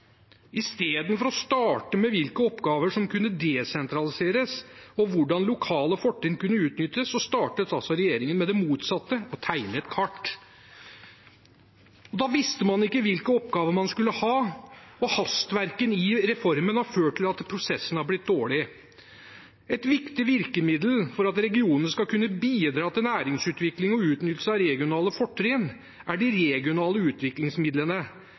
Istedenfor å starte med hvilke oppgaver som kunne desentraliseres, og hvordan lokale fortrinn kunne utnyttes, startet regjeringen med det motsatte – å tegne et kart. Da visste man ikke hvilke oppgaver man skulle ha, og hastverket i reformen har ført til at prosessen har blitt dårlig. Et viktig virkemiddel for at regionene skal kunne bidra til næringsutvikling og utnyttelse av regionale fortrinn, er de regionale utviklingsmidlene.